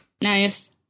Nice